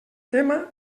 tema